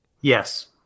Yes